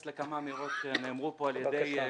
לכמה אמירות שנאמרו פה על-ידי שטרום,